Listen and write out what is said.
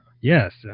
Yes